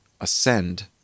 Ascend